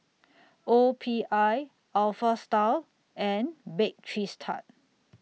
O P I Alpha Style and Bake Cheese Tart